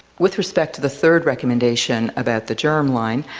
with respect to the third recommendation about the germline,